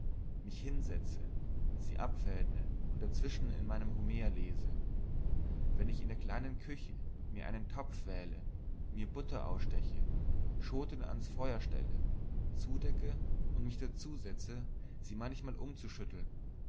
mich hinsetze sie abfädne und dazwischen in meinem homer lese wenn ich in der kleinen küche mir einen topf wähle mir butter aussteche schoten ans feuer stelle zudecke und mich dazusetze sie manchmal umzuschütteln